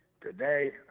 Today